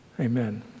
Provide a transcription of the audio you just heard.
Amen